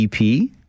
EP